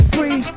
Free